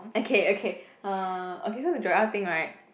okay okay uh okay so the Joel thing right